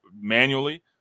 manually